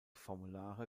formulare